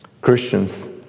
Christians